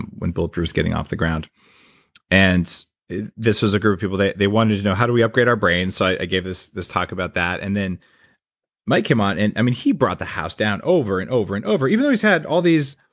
when bulletproof's getting off the ground and this was a group of people that they wanted to know how do we upgrade our brain? so i gave us this talk about that. and then mike came on and i mean he brought the house down over and over and over, even though he's had all these